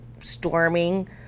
storming